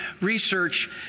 research